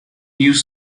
news